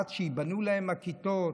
עד שייבנו להם הכיתות,